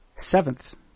Seventh